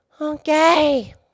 Okay